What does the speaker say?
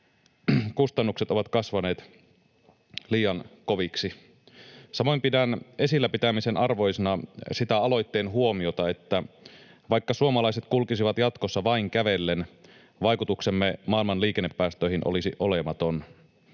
kustannukset ovat kasvaneet liian koviksi. Samoin pidän esillä pitämisen arvoisena sitä aloitteen huomiota, että vaikka suomalaiset kulkisivat jatkossa vain kävellen, vaikutuksemme maailman liikennepäästöihin olisi olematon.